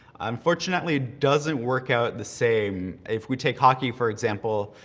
unfortunately it doesn't work out the same, if we take hockey, for example,